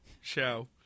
show